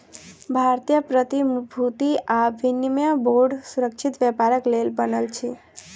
भारतीय प्रतिभूति आ विनिमय बोर्ड सुरक्षित व्यापारक लेल बनल अछि